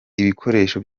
ibikoresho